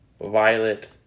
violet